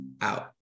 out